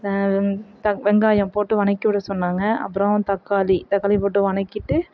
த வெங் த வெங்காயம் போட்டு வதக்கி விட சொன்னாங்க அப்புறோம் தக்காளி தக்காளி போட்டு வதக்கிட்டு